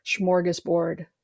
smorgasbord